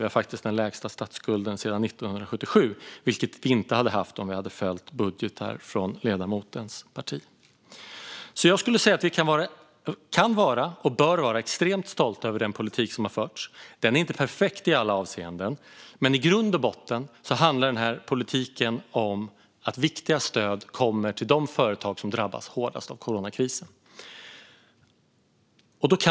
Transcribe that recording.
Vi har faktiskt den lägsta statsskulden sedan 1977, vilket vi inte hade haft om vi hade följt budgetar från ledamotens parti. Jag skulle därför säga att vi både kan och bör vara extremt stolta över den politik som har förts. Den är inte perfekt i alla avseenden, men i grund och botten handlar den här politiken om att viktiga stöd kommer till de företag som drabbas hårdast av coronakrisen.